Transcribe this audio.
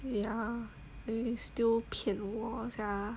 ya then you still 骗我 sia